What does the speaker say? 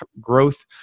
growth